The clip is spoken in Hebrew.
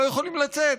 לא יכולים לצאת,